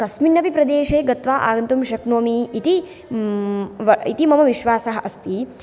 कस्मिन्नपि प्रदेशे गत्वा आगन्तुं शक्नोमि इति इति मम विश्वासः अस्ति